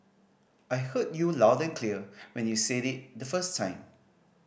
I heard you loud and clear when you said it the first time